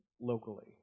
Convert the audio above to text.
locally